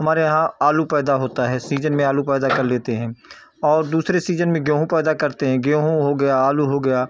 हमारे यहाँ आलू पैदा होता है सीजन में आलू पैदा कर लेते हैं और दूसरे सीजन में गेहूँ पैदा करते हैं गेहूँ हो गया आलू हो गया